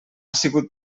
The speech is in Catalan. sigut